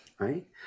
Right